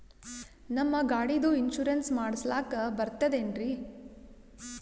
ನಮ್ಮ ಗಾಡಿದು ಇನ್ಸೂರೆನ್ಸ್ ಮಾಡಸ್ಲಾಕ ಬರ್ತದೇನ್ರಿ?